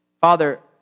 Father